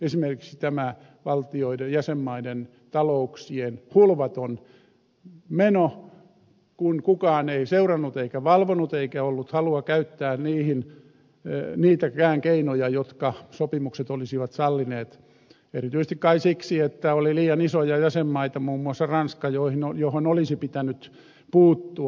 esimerkiksi tämä jäsenmaiden talouksien hulvaton meno kun kukaan ei seurannut eikä valvonut eikä ollut halua käyttää niitäkään keinoja jotka sopimukset olisivat sallineet erityisesti kai siksi että oli liian isoja jäsenmaita muun muassa ranska joihin olisi pitänyt puuttua